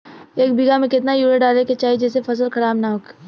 एक बीघा में केतना यूरिया डाले के चाहि जेसे फसल खराब ना होख?